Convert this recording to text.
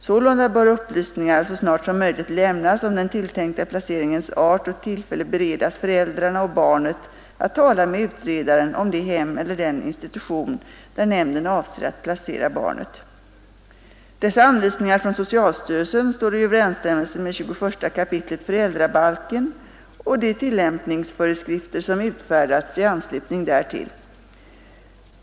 Sålunda bör upplysningar så snart som möjligt lämnas om den tilltänkta placeringens art och tillfälle beredas föräldrarna och barnet att tala med utredaren om det hem eller den institution, där nämnden avser att placera barnet. Dessa anvisningar från socialstyrelsen står i överensstämmelse med 21 kap. föräldrabalken och de tillämpningsföreskrifter som utfärdats i anslutning därtill.